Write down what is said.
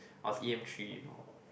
I was e_m three you know